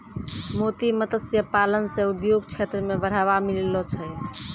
मोती मत्स्य पालन से उद्योग क्षेत्र मे बढ़ावा मिललो छै